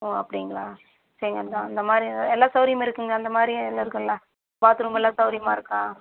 ஓ அப்படிங்களா சரிங்க அந்த அந்தமாதிரி எல்லா சௌகரியமும் இருக்குங்களா அந்தமாதிரி எல்லாம் இருக்கும்ங்களா பாத்ரூம் எல்லாம் சௌகரியமா இருக்கா